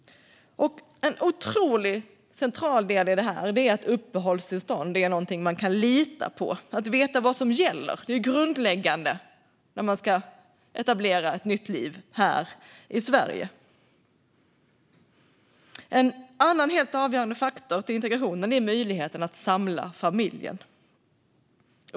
En otroligt central del i detta är att uppehållstillstånd är någonting man kan lita på. Att veta vad som gäller är grundläggande när man ska etablera ett nytt liv här i Sverige. En annan helt avgörande faktor för integrationen är möjligheten att samla familjen.